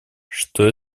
что